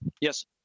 Yes